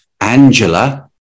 Angela